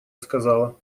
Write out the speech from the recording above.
сказала